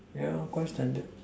ya quite standard